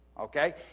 okay